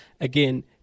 Again